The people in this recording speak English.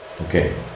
Okay